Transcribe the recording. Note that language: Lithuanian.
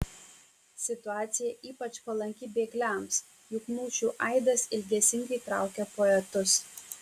situacija ypač palanki bėgliams juk mūšių aidas ilgesingai traukia poetus